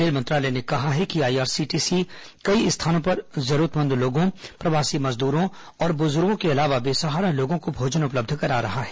rail मंत्रालय ने कहा है कि आईआरसीटीसी कई स्थानों पर जरूरतमंद लोगों प्रवासी मजदूरों और बुजुर्गो के अलावा अन्य बेसहारा लोगों को भोजन उपलब्ध करा रहा है